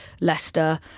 Leicester